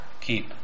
keep